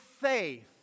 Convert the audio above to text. faith